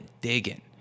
digging